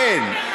כן.